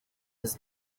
his